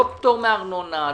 לא פטור מארנונה,